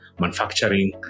manufacturing